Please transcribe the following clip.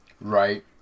right